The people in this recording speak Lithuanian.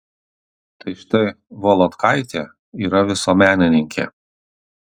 tai štai volodkaitė yra visuomenininkė